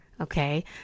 okay